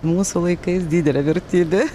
mūsų laikais didelė vertybė